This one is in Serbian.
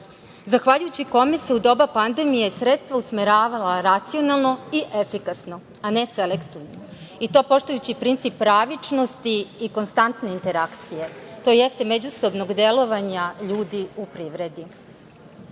zahvaljujući kome su se u doba pandemije sredstva usmeravala racionalno i efikasno, a ne selektivno i to poštujući princip pravičnosti i konstantne interakcije, tj. međusobnog delovanja ljudi u